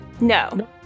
No